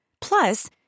Plus